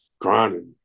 Grinding